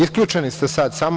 Isključeni ste sada.